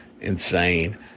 insane